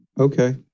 Okay